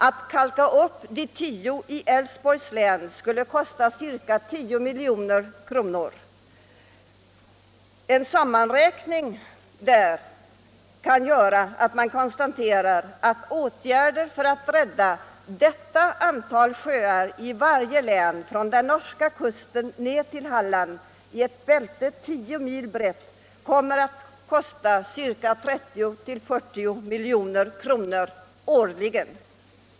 Att kalka upp de tio i Älvsborg skulle kosta ca 10 milj.kr. årligen. En sammanräkning ger vid handen att åtgärder för att rädda detta antal sjöar i varje län från norska kusten och ned i Halland i ett tio mil brett bälte kan komma att kosta 30-40 milj.kr. årligen.